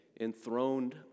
enthroned